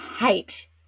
hate